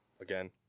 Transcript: Again